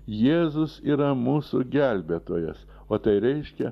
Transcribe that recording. jėzus yra mūsų gelbėtojas o tai reiškia